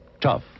tough